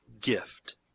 gift